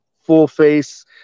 full-face